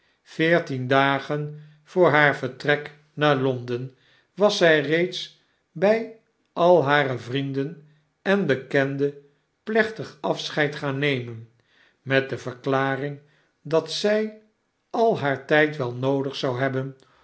veertien dagen voor haar vertrek naar lon den was zy reeds by al hare vrienden en bekenden plechtig afscheid gaan nemen met de verklaring dat zy al haar tyd wel noodig zou hebben